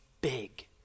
big